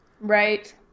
right